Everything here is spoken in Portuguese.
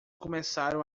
começaram